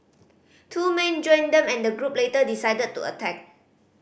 two men joined them and the group later decided to attack